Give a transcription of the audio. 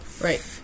Right